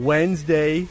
Wednesday